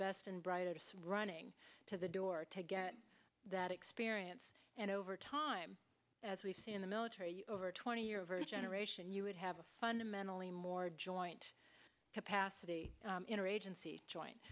best and brightest running to the door to get that experience and over time as we see in the military over twenty year over generation you would have a fundamentally more joint capacity interagency joint